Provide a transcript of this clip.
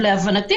להבנתי,